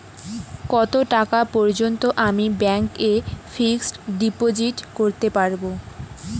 কত টাকা পর্যন্ত আমি ব্যাংক এ ফিক্সড ডিপোজিট করতে পারবো?